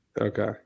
Okay